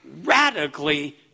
radically